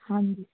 ਹਾਂਜੀ